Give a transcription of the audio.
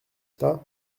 pas